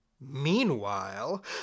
Meanwhile